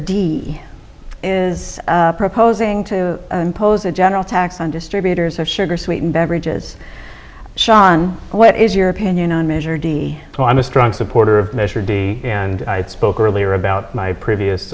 is proposing to impose a general tax on distributors of sugar sweetened beverages xan what is your opinion on measure d so i'm a strong supporter of measure d and i spoke earlier about my previous